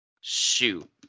Shoot